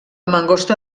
mangosta